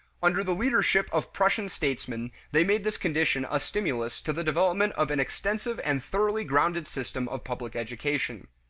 under the leadership of prussian statesmen they made this condition a stimulus to the development of an extensive and thoroughly grounded system of public education.